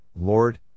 Lord